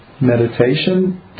meditation